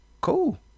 Cool